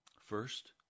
First